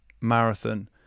Marathon